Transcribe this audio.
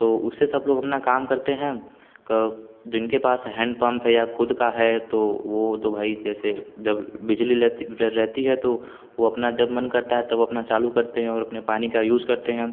तो उससे सब लोग अपना काम करते हैं जिनके पास हैंड पंप है या खुद का है तो वह तो भाई जैसे जब बिजली लेह रहती है तो वह अपना जब मन करता है तब अपना चालू करते हैं और अपने पानी का यूज़ करते हैं